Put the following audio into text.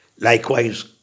Likewise